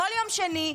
כל יום שני,